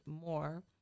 more